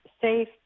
safe